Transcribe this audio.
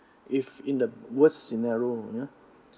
if in the worst scenario you know